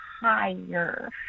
higher